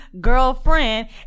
girlfriend